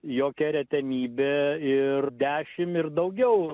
jokia retenybė ir dešim ir daugiau